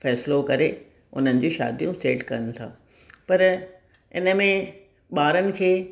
फ़ैसिलो करे हुननि जी शादियूं सेट कनि था पर हिन में ॿारनि खे